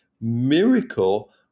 miracle